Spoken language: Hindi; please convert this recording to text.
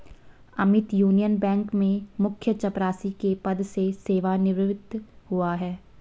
अमित यूनियन बैंक में मुख्य चपरासी के पद से सेवानिवृत हुआ है